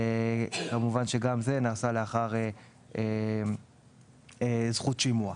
כמובן שגם זה נעשה לאחר זכות שימוע.